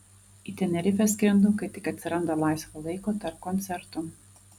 į tenerifę skrendu kai tik atsiranda laisvo laiko tarp koncertų